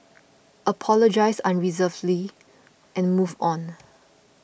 apologise unreservedly and move on